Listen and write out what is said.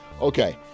Okay